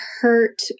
hurt